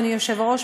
אדוני היושב-ראש,